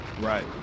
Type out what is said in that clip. right